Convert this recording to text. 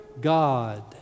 God